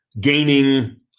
gaining